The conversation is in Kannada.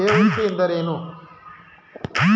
ಕೆ.ವೈ.ಸಿ ಎಂದರೇನು?